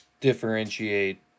differentiate